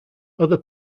other